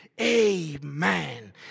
Amen